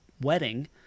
wedding